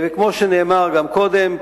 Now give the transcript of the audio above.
כמו שנאמר גם קודם,